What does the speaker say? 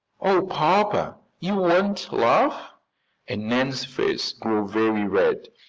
oh, papa, you won't laugh and nan's face grew very red.